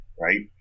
right